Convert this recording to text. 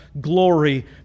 glory